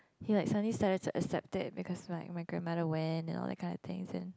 he like suddenly started to accept it because like my grandmother went you know that kind of things and